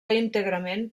íntegrament